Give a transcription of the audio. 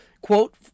quote